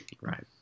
Right